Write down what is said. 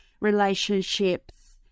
relationships